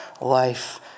life